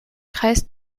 kreis